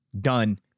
done